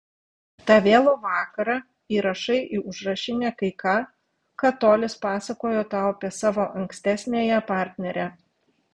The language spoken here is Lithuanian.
tą vėlų vakarą įrašai į užrašinę kai ką ką tolis pasakojo tau apie savo ankstesniąją partnerę